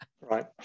right